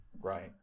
Right